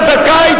אם אתה זכאי,